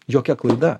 jokia klaida